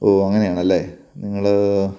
ഓ അങ്ങനെയാണല്ലേ നിങ്ങള്